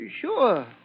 Sure